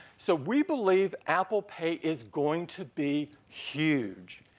so, we believe apple pay is going to be huge.